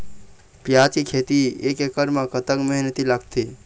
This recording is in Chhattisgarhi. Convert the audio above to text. प्याज के खेती एक एकड़ म कतक मेहनती लागथे?